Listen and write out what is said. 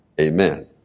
Amen